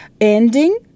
ending